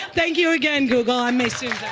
thank you again, google. i'm maysoon